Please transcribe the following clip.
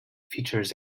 features